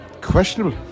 Questionable